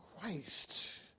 Christ